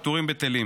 הפיטורים בטלים.